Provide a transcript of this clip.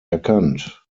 erkannt